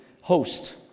host